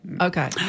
Okay